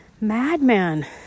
madman